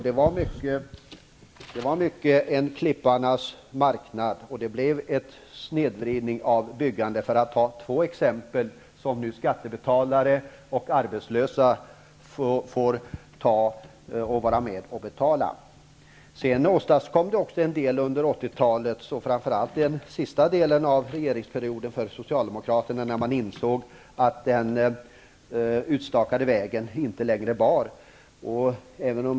Det var i mycket en klipparnas marknad, och det blev en snedvridning när det gällde byggande, för att ta två exempel på sådant som skattebetalare och arbetslösa nu får vara med och betala. Det åstadkoms också en del under 1980-talet, framför allt under den senare delen av Socialdemokraternas regeringsperiod, då man insåg att den utstakade vägen inte längre bar.